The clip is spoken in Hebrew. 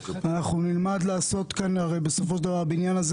אנחנו נלמד לעשות כאן הרי בסופו של דבר הבניין הזה